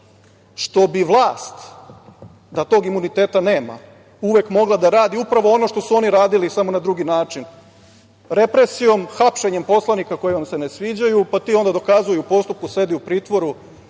što bi vlast da tog imuniteta nema, uvek mogla da radi upravo ono što su oni radili samo na drugi način, represijom, hapšenjem poslanika koji vam se ne sviđaju, pa ti onda dokazuj u postupku, sedi u pritvoru